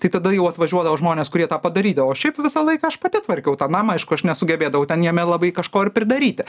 tai tada jau atvažiuodavo žmonės kurie tą padarydavo šiaip visą laiką aš pati tvarkiau tą namą aišku aš nesugebėdavau ten jame labai kažko ir pridaryti